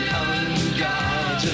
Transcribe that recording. unguarded